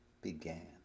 began